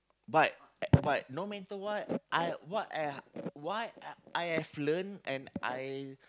but uh but no matter what I what I what I have learnt and I